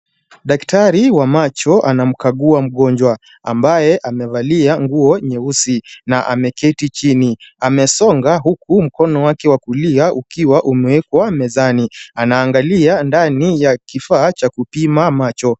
Daktari wa macho anamkagua mgonjwa ambaye amevalia nguo nyeusi na ameketi chini. Amesonga huku mkono wake wa kulia ukiwa umewekwa mezani. Anaangalia ndani ya kifaa cha kupima macho.